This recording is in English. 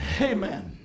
Amen